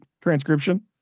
transcription